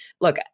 look